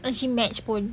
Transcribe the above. and she match pun